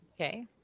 okay